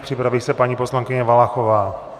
Připraví se paní poslankyně Valachová.